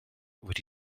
wedi